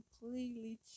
completely